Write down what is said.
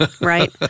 right